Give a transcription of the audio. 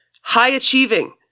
High-achieving